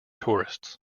tourists